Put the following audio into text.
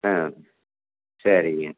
ஆ சரிங்க